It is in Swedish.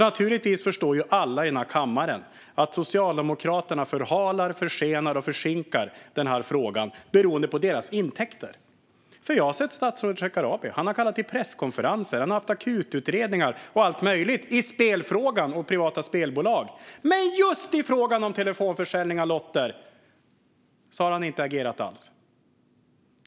Naturligtvis förstår alla i kammaren att Socialdemokraterna förhalar, försenar och försinkar frågan beroende på intäkterna. Jag har sett statsrådet Ardalan Shekarabi kalla till presskonferenser och tillsätta akututredningar om spelfrågor och om privata spelbolag. Men just i frågan om telefonförsäljning av lotter har han inte agerat alls.